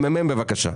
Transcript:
ממ"מ, בבקשה.